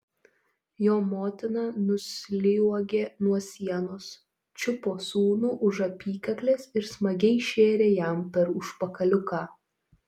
jo motina nusliuogė nuo sienos čiupo sūnų už apykaklės ir smagiai šėrė jam per užpakaliuką